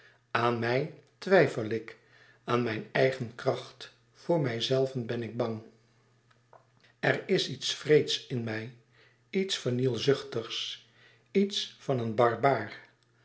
aan mij twijfel ik aan mijn eigen kracht voor mijzelven ben ik bang er is iets wreeds in mij iets vernielzuchtigs iets van een barbaar